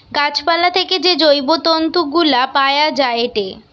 গাছ পালা থেকে যে জৈব তন্তু গুলা পায়া যায়েটে